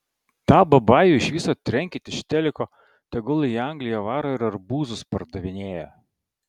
tą babajų iš viso trenkit iš teliko tegul į angliją varo ir arbūzus pardavinėja